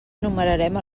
enumerarem